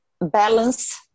balance